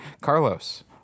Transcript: Carlos